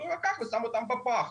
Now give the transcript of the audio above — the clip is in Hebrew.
הוא לקח ושם אותן בפח.